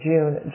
June